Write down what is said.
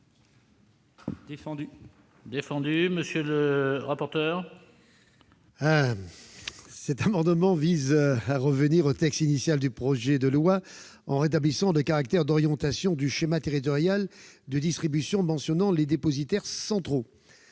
Quel est l'avis de la commission ? Cet amendement vise à revenir au texte initial du projet de loi en rétablissant le caractère d'orientation du schéma territorial de distribution mentionnant les dépositaires centraux.